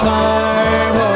time